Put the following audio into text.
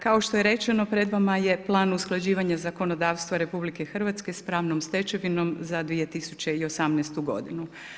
Kao što je rečeno, pred vama je Plan usklađivanja zakonodavstva RH s pravnom stečevinom za 2018. godinu.